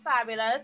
fabulous